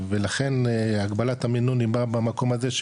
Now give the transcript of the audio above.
ולכן הגבלת המימון היא באה במקום הזה,